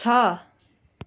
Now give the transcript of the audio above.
छ